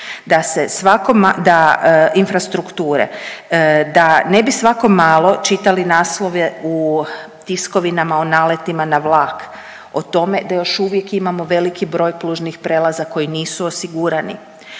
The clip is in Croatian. da se svakom, da infrastrukture, da ne bi svako malo čitali naslove u tiskovinama o naletima na vlak, o tome da još uvijek imamo veliki broj pružnih prijelaza koji nisu osigurani,